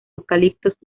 eucaliptos